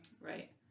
Right